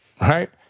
right